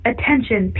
Attention